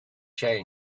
change